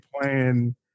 playing